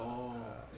oh